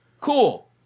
Cool